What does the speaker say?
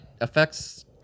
affects